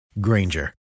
Granger